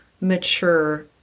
mature